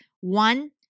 one